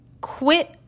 quit